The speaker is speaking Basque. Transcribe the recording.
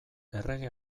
errege